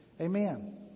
amen